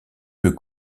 peu